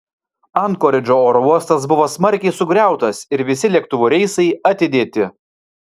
ankoridžo oro uostas buvo smarkiai sugriautas ir visi lėktuvų reisai atidėti